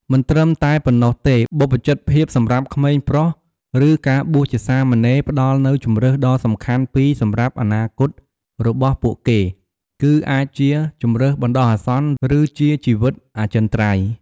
មិនត្រឹមតែប៉ុណ្ណោះទេ បព្វជិតភាពសម្រាប់ក្មេងប្រុស ឬការបួសជាសាមណេរ ផ្ដល់នូវជម្រើសដ៏សំខាន់ពីរសម្រាប់អនាគតរបស់ពួកគេ គឺអាចជា ជម្រើសបណ្ដោះអាសន្ន ឬជា ជីវិតអចិន្ត្រៃយ៍។